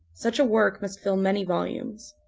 such a work must fill many volumes.